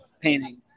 painting